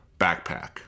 backpack